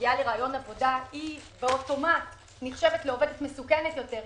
מגיעה לראיון עבודה היא אוטומט נחשבת לעובדת מסוכנת יותר,